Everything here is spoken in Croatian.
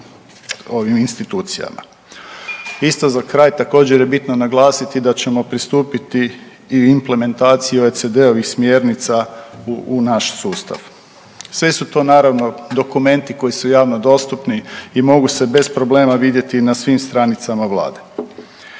Isto za kraj također je bitno naglasiti da ćemo pristupiti i implementaciji OECD-ovih smjernica u naš sustav. Sve su to naravno dokumenti koji su javno dostupni i mogu se bez problema vidjeti na svim stranicama Vlade.